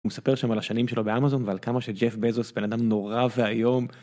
מספר שם על השנים שלו באמזון ועל כמה שג׳ף בזוס הוא בן אדם נורא ואיום.